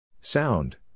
Sound